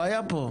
הוא היה פה.